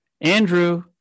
Andrew